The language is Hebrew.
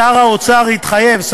שר האוצר התחייב,